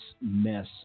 mess